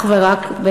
אך ורק,